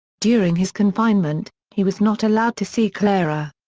during his confinement, he was not allowed to see clara.